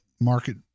market